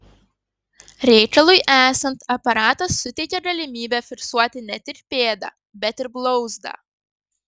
reikalui esant aparatas suteikia galimybę fiksuoti ne tik pėdą bet ir blauzdą